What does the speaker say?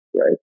Right